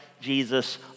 Jesus